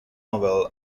novel